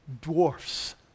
dwarfs